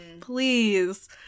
please